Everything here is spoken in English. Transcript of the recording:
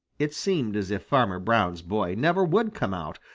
it seemed as if farmer brown's boy never would come out,